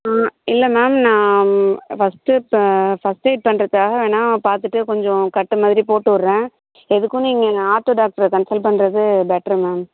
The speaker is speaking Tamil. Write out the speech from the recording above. ஆ இல்லை மேம் நான் ஃபஸ்ட்டு இப்போ ஃபஸ்ட் எயிட் பண்ணுறதுக்காக வேணால் பார்த்துட்டு கொஞ்சம் கட்டு மாதிரி போட்டுவிடுறேன் எதுக்கும் நீங்கள் ஆர்த்தோ டாக்டரை கன்ஸல் பண்ணுறது பெட்டர் மேம்